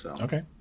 Okay